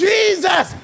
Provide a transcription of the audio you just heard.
Jesus